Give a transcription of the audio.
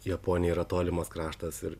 japonija yra tolimas kraštas ir